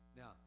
Now